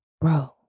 bro